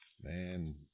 man